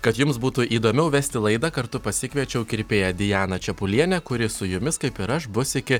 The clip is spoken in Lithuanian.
kad jums būtų įdomiau vesti laidą kartu pasikviečiau kirpėją dianą čepulienę kuri su jumis kaip ir aš bus iki